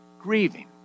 grieving